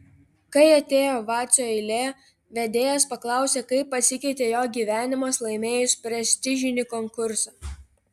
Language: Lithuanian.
kai atėjo vacio eilė vedėjas paklausė kaip pasikeitė jo gyvenimas laimėjus prestižinį konkursą